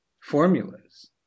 formulas